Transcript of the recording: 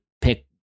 pick